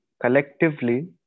collectively